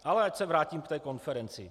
Ale ať se vrátím ke konferenci.